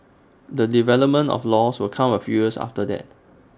the development of laws will come A few years after that